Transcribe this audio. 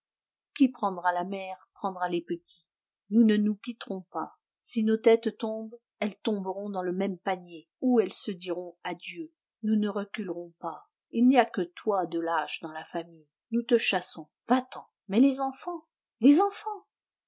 qui prendra la mère prendra les petits nous ne nous quitterons pas si nos têtes tombent elles tomberont dans le même panier où elles se diront adieu nous ne reculerons pas il n'y a que toi de lâche dans la famille nous te chassons va-t'en mais les enfants les enfants